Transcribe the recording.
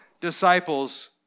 disciples